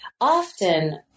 often